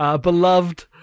beloved